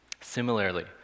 Similarly